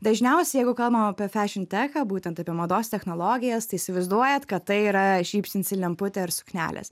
dažniausiai jeigu kalbam apie fešion techą būtent apie mados technologijas tai įsivaizduojat kad tai yra žybsinsi lemputė ir suknelės